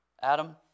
Adam